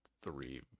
three